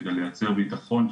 כדי לייצר בטחון,